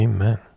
Amen